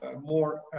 more